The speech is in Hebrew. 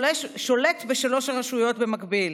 שולט בשלוש הרשויות במקביל: